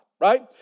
right